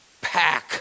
pack